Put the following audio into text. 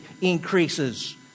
increases